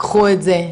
קחו את זה,